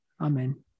Amen